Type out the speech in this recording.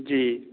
जी